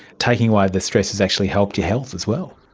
taking away the stress has actually helped your health as well?